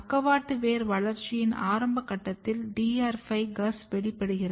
பக்கவாட்டு வேர் வளர்ச்சியின் ஆரம்ப கட்டத்தில் DR5 GUS வெளிப்படுகிறது